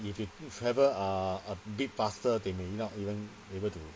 if you travel uh a bit faster they may not even be able to